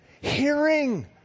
hearing